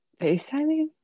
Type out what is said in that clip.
Facetiming